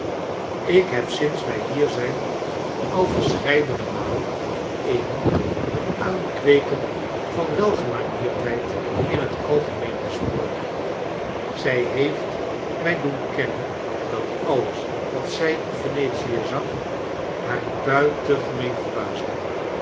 ik heb sinds wij hier zijn al verscheidene malen met amy net aankweeken van welgemanierdheid in het algemeen besproken zij heeft mij doen kennen dat alles wat zij in venetie zag haar buitengemeen verbaasde